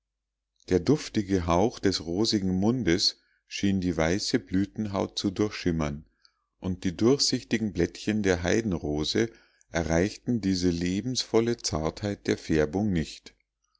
der duftige hauch des rosigen mondes schien die weiße blütenhaut zu durchschimmern und die durchsichtigen blättchen der heidenrose erreichten diese lebensvolle zartheit der färbung nicht